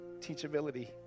teachability